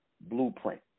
blueprint